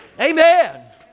Amen